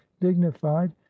dignified